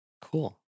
Cool